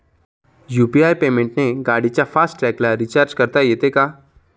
UPI पेमेंटने गाडीच्या fast टॅगला रिर्चाज करता येते का?